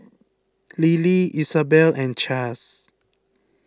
Lily Isabel and Chaz